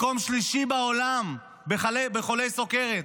מקום שלישי בעולם בחולי סוכרת,